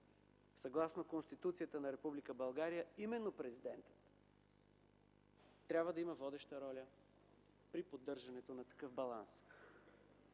Съгласно Конституцията на Република България именно Президентът трябва да има водеща роля при поддържането на такъв баланс.